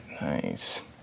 Nice